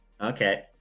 Okay